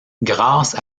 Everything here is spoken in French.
grâce